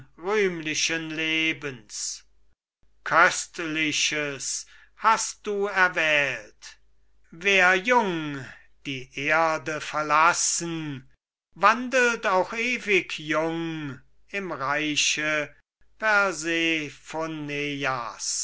rühmlichen lebens köstliches hast du erwählt wer jung die erde verlassen wandelt auch ewig jung im reiche